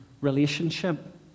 relationship